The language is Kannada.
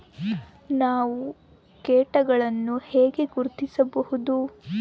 ನಾವು ಕೇಟಗಳನ್ನು ಹೆಂಗ ಗುರ್ತಿಸಬಹುದು?